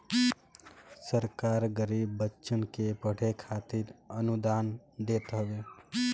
सरकार गरीब बच्चन के पढ़े खातिर अनुदान देत हवे